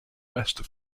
west